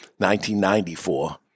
1994